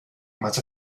más